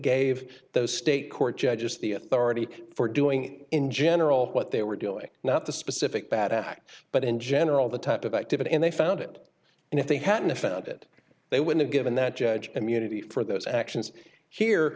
gave those state court judges the authority for doing in general what they were doing not the specific bad act but in general the type of activity and they found it and if they hadn't found it they would have given that judge immunity for those actions here